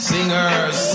Singers